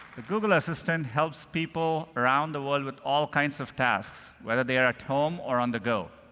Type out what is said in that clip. the google assistant helps people around the world with all kinds of tasks, whether they are at home or on the go.